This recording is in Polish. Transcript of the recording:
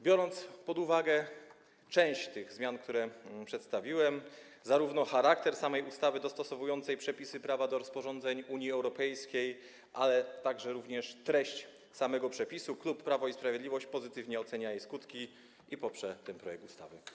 Biorąc pod uwagę część tych zmian, które przedstawiłem, zarówno charakter samej ustawy dostosowującej przepisy prawa do rozporządzeń Unii Europejskiej, jak i treść przepisów, klub Prawo i Sprawiedliwość pozytywnie ocenia skutki ustawy i poprze ten projekt ustawy.